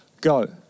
go